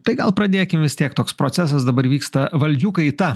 tai gal pradėkim vis tiek toks procesas dabar vyksta valdžių kaita